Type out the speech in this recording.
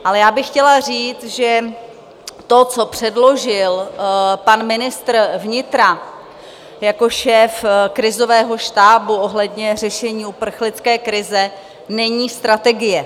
Ale já bych chtěla říct, že to, co předložil pan ministr vnitra jako šéf krizového štábu ohledně řešení uprchlické krize, není strategie.